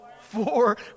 four